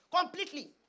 completely